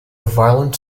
violent